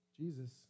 Jesus